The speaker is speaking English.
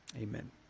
Amen